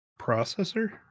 processor